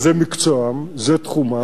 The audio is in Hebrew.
שזה מקצועם וזה תחומם,